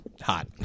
hot